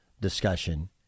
discussion